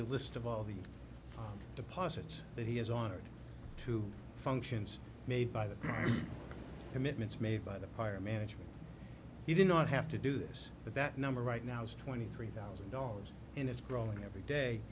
a list of all the deposits that he has authored two functions made by the commitments made by the fire management he did not have to do this but that number right now is twenty three thousand dollars and it's growing every day